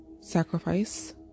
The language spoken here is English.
sacrifice